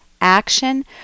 Action